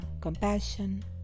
compassion